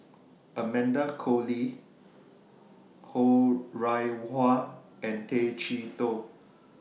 Amanda Koe Lee Ho Rih Hwa and Tay Chee Toh